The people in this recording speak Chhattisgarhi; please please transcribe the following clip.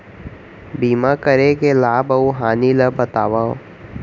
बीमा करे के लाभ अऊ हानि ला बतावव